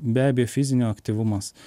be abejo fizinio aktyvumas